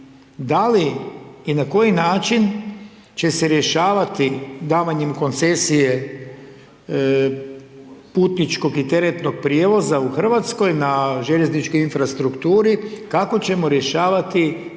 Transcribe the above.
Da li i na koji način će se rješavati davanjem koncesije putničkog i teretnog prijevoza u Hrvatskoj na željezničkoj infrastrukturi, kako ćemo rješavati